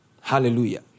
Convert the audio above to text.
Hallelujah